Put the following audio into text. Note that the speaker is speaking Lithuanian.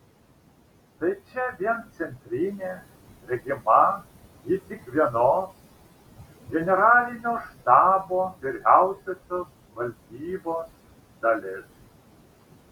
tai čia vien centrinė regima ji tik vienos generalinio štabo vyriausiosios valdybos dalis